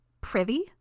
Privy